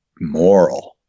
moral